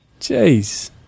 Jeez